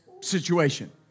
situation